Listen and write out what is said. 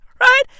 Right